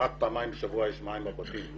רק פעמיים בשבוע יש מים בבתים.